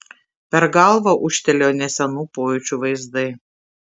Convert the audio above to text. per galvą ūžtelėjo nesenų pojūčių vaizdai